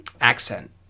accent